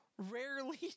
rarely